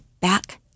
back